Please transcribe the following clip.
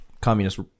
Communist